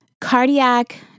cardiac